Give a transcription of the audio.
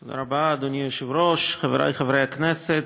תודה רבה, אדוני היושב-ראש, חברי חברי הכנסת,